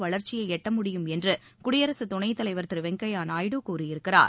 வளர்ச்சியை எட்ட முடியும் என்று குடியரசு துணைத் தலைவர் திரு வெங்கய்ய நாயுடு கூறியிருக்கிறார்